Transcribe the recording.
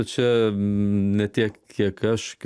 čia ne tiek kiek aš